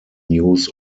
news